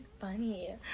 funny